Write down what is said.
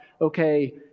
okay